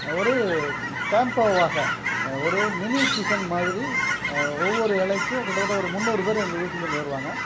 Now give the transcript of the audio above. ஒரு கேம்ப்போவாக ஒரு மினி டிஃபன் மாதிரி ஒவ்வொரு இலைக்கும் கிட்டத்தட்ட ஒரு முந்நூறு பேர் எங்கள் வீட்டிலேந்து வருவாங்க